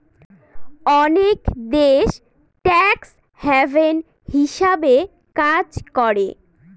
অনেক দেশ tax haven হিসাবে কাজ করে